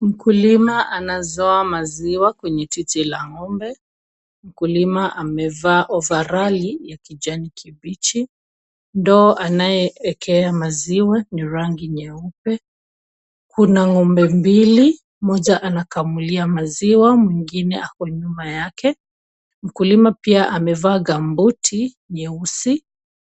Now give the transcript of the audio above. Mkulima anazoa maziwa kwenye titi la ng'ombe. Mkulima amevaa ovarali ya kijani kibichi. Ndoo anayeekea maziwa ni rangi nyeupe. Kuna ng'ombe mbili moja anakamulia maziwa mwingine ako nyuma yake. Mkulima pia amevaa gambuti nyeusi